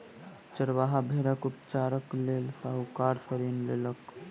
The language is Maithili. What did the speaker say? चरवाहा भेड़क उपचारक लेल साहूकार सॅ ऋण लेलक